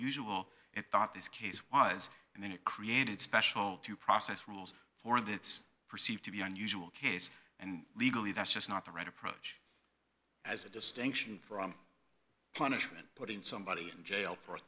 usual it thought this case was and then it created special to process rules for this perceived to be unusual case and legally that's just not the right approach as a distinction from punishment putting somebody in jail for a